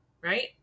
right